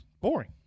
boring